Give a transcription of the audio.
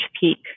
peak